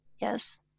yes